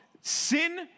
sin